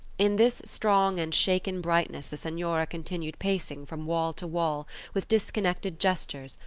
in this strong and shaken brightness the senora continued pacing from wall to wall with disconnected gestures,